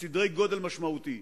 בסדרי-גודל משמעותיים.